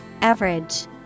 Average